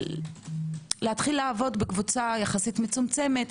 להתחיל לעבוד בקבוצה יחסית מצומצמת,